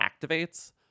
activates